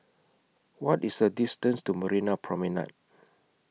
What IS The distance to Marina Promenade